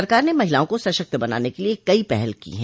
सरकार ने महिलाओं को सशक्त बनाने के लिए कई पहल की हैं